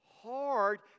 hard